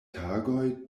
tagoj